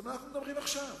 אז על מה אנחנו מדברים עכשיו